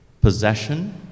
possession